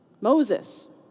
Moses